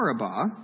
Arabah